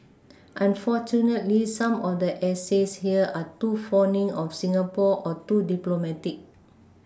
unfortunately some of the essays here are too fawning of Singapore or too diplomatic